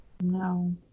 No